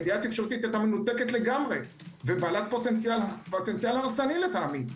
הידיעה התקשורתית היתה מנותקת לגמרי ובעלת פוטנציאל הרסני לטעמי,